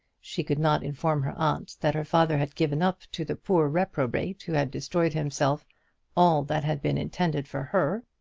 she could not inform her aunt that her father had given up to the poor reprobate who had destroyed himself all that had been intended for her.